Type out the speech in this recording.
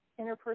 interpersonal